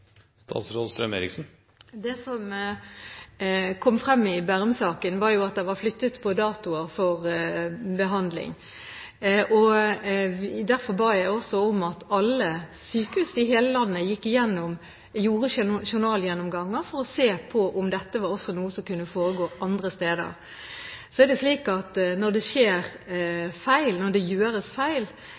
som kom frem i Bærum-saken, var at det var flyttet på datoer for behandling. Derfor ba jeg om at alle sykehus i hele landet gjorde journalgjennomganger for å se om dette var noe som også kunne foregå andre steder. Når det gjøres feil, er